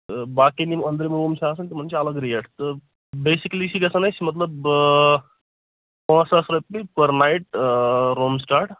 باقین یِم أندرم روٗم چھِ آسان تِمن چھِ الگ ریٹ بیسِکٕلی چھِ گژھان اسہِ مطلب پانٛژھ ساس رۄپیہِ پٔر نایٹ روٗم سِٹاٹ